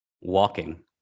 walking